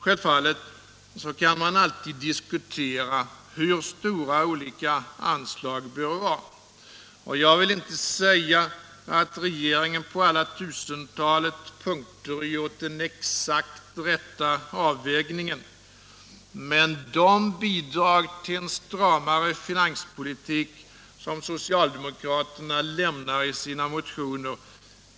Självfallet kan man alltid diskutera hur stora olika anslag bör vara, och jag vill inte säga att regeringen på alla tusentalet punkter gjort den exakt riktiga avvägningen, men de bidrag till en stramare finanspolitik som socialdemokraterna lämnar i sina motioner